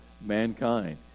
mankind